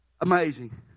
Amazing